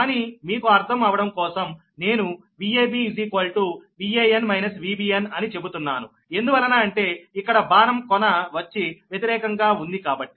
కానీ మీకు అర్థం అవడం కోసం నేను Vab Van - Vbn అని చెబుతున్నాను ఎందువలన అంటే ఇక్కడ బాణం కొన వచ్చి వ్యతిరేకంగా ఉంది కాబట్టి